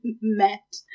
met